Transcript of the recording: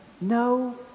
No